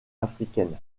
africaine